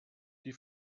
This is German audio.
die